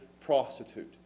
prostitute